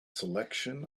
selection